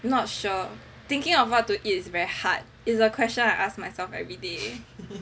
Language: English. not sure thinking of what to eat is very hard is a question I ask myself everyday